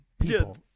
people